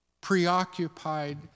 preoccupied